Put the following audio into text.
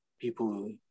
people